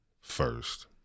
first